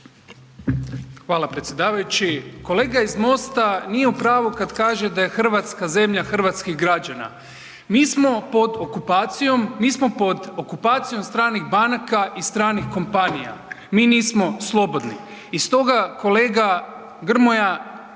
Hvala predsjedavajući. Kolega iz MOST-a nije u pravu kad kaže da je Hrvatska zemlja hrvatskih građana. Mi smo pod okupacijom, mi smo pod okupacijom stranih banaka i stranih kompanija, mi nismo slobodni i stoga kolega Grmoja,